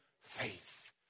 faith